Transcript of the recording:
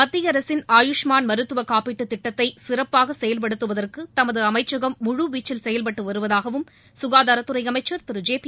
மத்திய அரசின் ஆயுஷ்மாள் மருத்துவ காப்பீட்டுத் திட்டத்தை சிறப்பாக செயல்படுத்துவதற்கு தமது அமைச்சகம் முழுவீச்சில் செயவ்பட்டு வருவதாகவும் சுகாதாரத்துறை அமைச்சர் திரு ஜேபி